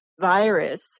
virus